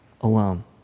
alone